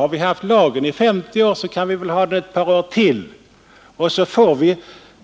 Om vi har haft denna lag i 50 år, så kan vi väl ha den ett par år till, då vi